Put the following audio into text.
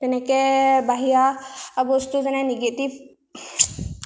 তেনেকৈ বাহিৰা বস্তু যেনে নিগেটিভ